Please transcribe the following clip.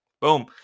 Boom